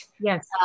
Yes